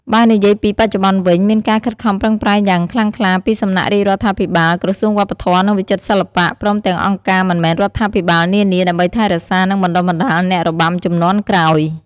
បើនិយាយពី បច្ចុប្បន្នវិញ មានការខិតខំប្រឹងប្រែងយ៉ាងខ្លាំងក្លាពីសំណាក់រាជរដ្ឋាភិបាល ក្រសួងវប្បធម៌ និងវិចិត្រសិល្បៈ ព្រមទាំងអង្គការមិនមែនរដ្ឋាភិបាលនានា ដើម្បីថែរក្សា និងបណ្តុះបណ្តាលអ្នករបាំជំនាន់ក្រោយ។